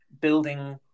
building